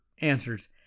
answers